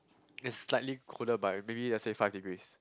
it's slightly cooler by maybe let's say five degrees